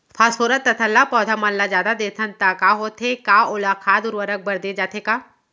Phosphorus तथा ल पौधा मन ल जादा देथन त का होथे हे, का ओला खाद उर्वरक बर दे जाथे का?